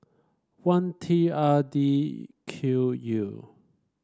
one T R D Q U